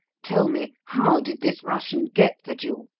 tell me, how did this russian get the jewel,